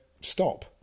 stop